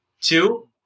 Two